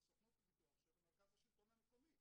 הסוכנות לביטוח של המרכז לשלטון המקומי.